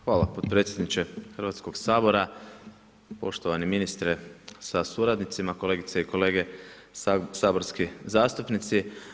Hvala potpredsjedniče Hrvatskoga sabora, poštovani ministre sa suradnicima, kolegice i kolege saborski zastupnici.